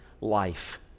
life